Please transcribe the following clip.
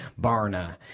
Barna